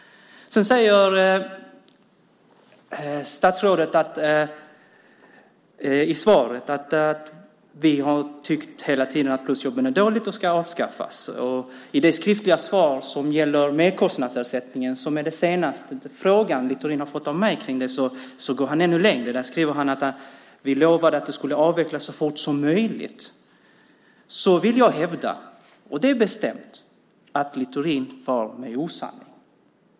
Statsrådet sade i sitt svar att man hela tiden har tyckt att plusjobb är dåliga och ska avskaffas. I det skriftliga svar som gäller merkostnadsersättningen, som jag har tagit upp i en fråga till Littorin, går han ännu längre. Av svaret framgår att man har lovat att plusjobben ska avvecklas så fort som möjligt. Jag hävdar bestämt att Littorin far med osanning.